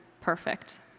perfect